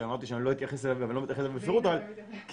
שאמרתי שאני לא אתייחס אליהם בפירוט אבל כאינדיקציה,